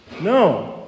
No